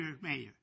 mayor